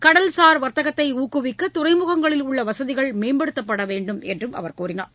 கடல்சார் வர்த்தகத்தை ஊக்குவிக்க துறைமுகங்களில் உள்ள வசதிகள் மேம்படுத்தப்பட வேண்டும் என்றார்